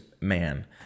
man